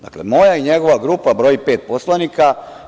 Dakle, moja i njegova grupa broji pet poslanika.